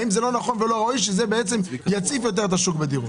האם זה לא יציף את השוק בדירות?